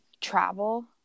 travel